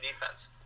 defense